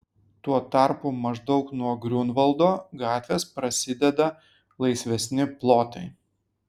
tuo tarpu maždaug nuo griunvaldo gatvės prasideda laisvesni plotai